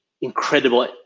incredible